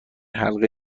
حلقه